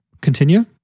Continue